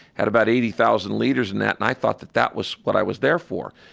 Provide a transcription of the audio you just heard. had about eighty thousand leaders in that. and i thought that that was what i was there for.